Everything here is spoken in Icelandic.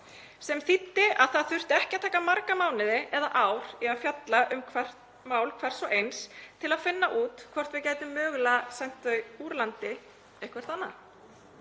Það þýddi að það þurfti ekki að taka marga mánuði eða ár að fjalla um mál hvers og eins til að finna út hvort við gætum mögulega sent þau úr landi eitthvað annað.